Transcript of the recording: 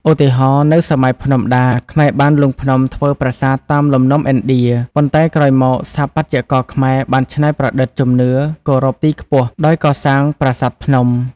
ឧទាហរណ៍៖ នៅសម័យភ្នំដា ខ្មែរបានលុងភ្នំធ្វើប្រាសាទតាមលំនាំឥណ្ឌា ប៉ុន្តែក្រោយមក ស្ថាបត្យករខ្មែរបានច្នៃប្រឌិតជំនឿគោរពទីខ្ពស់ដោយកសាង ប្រាសាទភ្នំ។